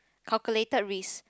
calculated risk